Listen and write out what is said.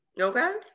okay